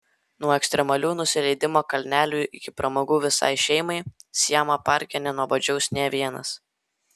nuo ekstremalių nusileidimo kalnelių iki pramogų visai šeimai siamo parke nenuobodžiaus nė vienas